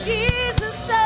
Jesus